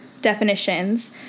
definitions